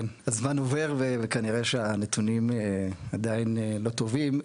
כן, הזמן עובר וכנראה שהנתונים עדיין לא טובים.